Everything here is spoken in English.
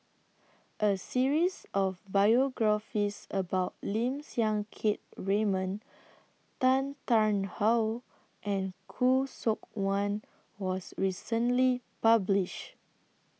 A series of biographies about Lim Siang Keat Raymond Tan Tarn How and Khoo Seok Wan was recently published